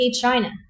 China